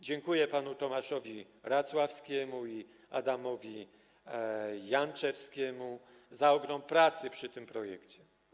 Dziękuję panom Tomaszowi Racławskiemu i Adamowi Janczewskiemu za ogrom pracy przy tym projekcie.